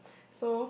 so